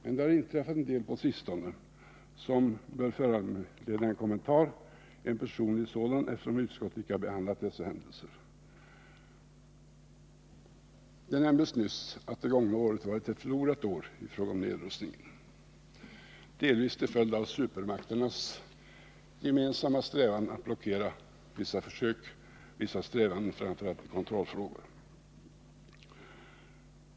Men det har inträffat en del på sistone som bör medföra en kommentar, en personlig sådan eftersom utskottet icke har behandlat dessa händelser. Det nämndes nyss att det gångna året har varit ett förlorat år, delvis till följd av supermakternas gemensamma strävanden att blockera vissa försök framför allt i kontrollfrågan.